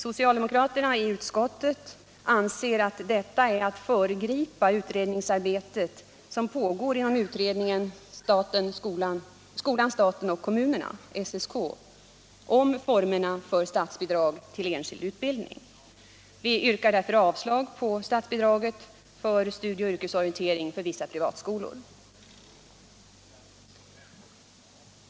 Socialdemokraterna i utskottet anser att detta är att föregripa det utredningsarbete som pågår inom utredningen om skolan, staten och kommunerna, SSK, om formerna för statsbidrag till enskild utbildning. Vi yrkar därför avslag på förslaget om statsbidrag för studieoch yrkesorientering för vissa privatskolor.